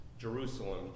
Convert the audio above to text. Jerusalem